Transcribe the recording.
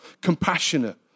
compassionate